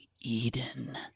Eden